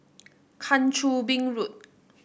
Kang Choo Bin Road